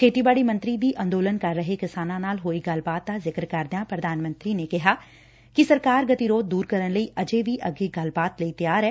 ਖੇਤੀਬਾੜੀ ਮੰਤਰੀ ਦੀ ਅੰਦੋਲਨ ਕਰ ਰਹੇ ਕਿਸਾਨਾਂ ਨਾਲ ਹੋਈ ਗੱਲਬਾਤ ਦਾ ਜ਼ਿਕਰ ਕਰਦਿਆਂ ਪ੍ਰਧਾਨ ਮੰਤਰੀ ਨੇ ਕਿਹਾ ਕਿ ਸਰਕਾਰ ਗਤੀਰੋਧ ਦੁਰ ਕਰਨ ਲਈ ਅਜੇ ਵੀ ਅੱਗੇ ਗੱਲਬਾਤ ਲਈ ਤਿਆਰ ਐ